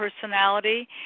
personality